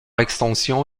extension